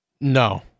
No